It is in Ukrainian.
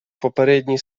попередній